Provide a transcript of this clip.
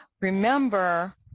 Remember